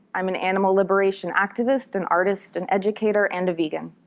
i'm an animal liberation activist, an artist, an educator and a vegan.